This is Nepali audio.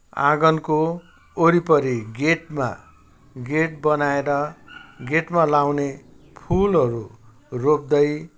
आँगनको वरिपरि गेटमा गेट बनाएर गेटमा लगाउने फुलहरू रोप्दै